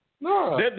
No